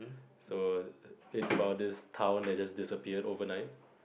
so it's about this town that just disappeared overnight